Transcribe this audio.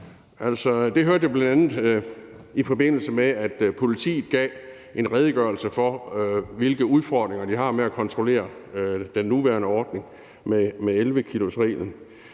Det hørte jeg bl.a., i forbindelse med at politiet gav en redegørelse for, hvilke udfordringer de har med at kontrollere overholdelsen af den nuværende ordning med 11-kilosreglen.